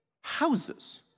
houses